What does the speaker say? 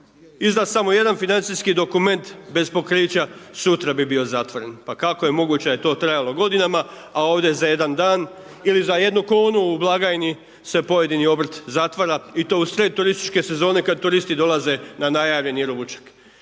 izda samo jedan financijski dokument bez pokrića, sutra bi bio zatvoren, pa kako je moguće da je to trajalo godinama, a ovdje za jedan dan, ili za jednu kunu u blagajni se pojedini obrt zatvara i to u sred turističke sezone kad turisti dolaze na najavljeni ručak.